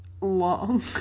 long